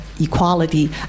equality